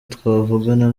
twavugana